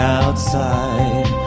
outside